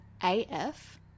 AF